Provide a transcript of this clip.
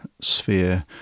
Sphere